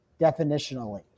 definitionally